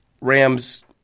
Rams